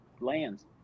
lands